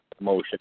motion